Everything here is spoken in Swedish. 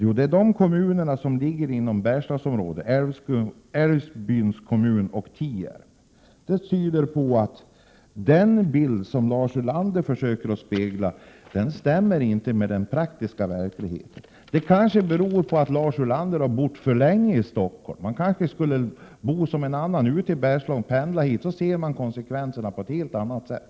Jo, det är de kommuner som ligger inom Bergslagsområdet, nämligen Älvkarleby och Tierp. Den bild som Lars Ulander försöker måla upp stämmer alltså inte med den praktiska verkligheten. Det kanske beror på att Lars Ulander bott för länge i Stockholm. Han kanske skulle bo som en annan, ute i Bergslagen, och pendla hit — då ser man konsekvenserna på ett helt annat sätt.